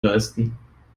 leisten